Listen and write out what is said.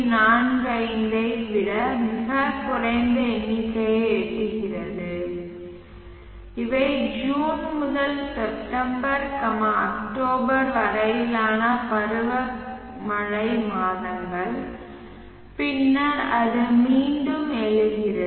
45 ஐ விட மிகக் குறைந்த எண்ணிக்கையை எட்டுகிறது இவை ஜூன் முதல் செப்டம்பர் அக்டோபர் வரையிலான பருவமழை மாதங்கள் பின்னர் அது மீண்டும் எழுகிறது